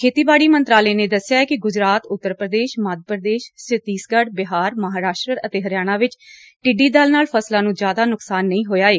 ਖੇਤੀਬਾਤੀ ਮੰਤਰਾਲੇ ਨੇ ਦੱਸਿਆ ਏ ਕਿ ਗੁਜਰਾਤ ਉਂਤਰ ਪੁਦੇਸ਼ ਮੱਧ ਪੁਦੇਸ਼ ਛੱਤੀਸਗੜ ਬਿਹਾਰ ਮਹਾਂਰਾਸ਼ਟਰ ਅਤੇ ਹਰਿਆਣਾ ਵਿੱਚ ਟਿੱਡੀ ਦਲ ਨਾਲ ਫਸਲਾਂ ਨੂੰ ਜਿਆਦਾ ਨੁਕਸਾਨ ਨਹੀ ਹੋਇਆ ਏ